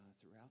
throughout